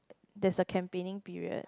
there's a campaigning period